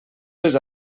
les